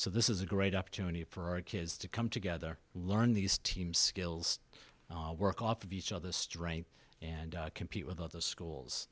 so this is a great opportunity for our kids to come together learn these teams skills work off of each other's strengths and compete with other schools